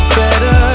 better